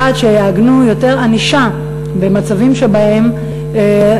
1. שיעגנו יותר ענישה במצבים שבהם